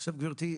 גברתי,